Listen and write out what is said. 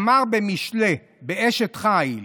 אמר במשלי, באשת חיל: